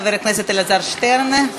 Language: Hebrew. חבר הכנסת אלעזר שטרן, שלוש דקות.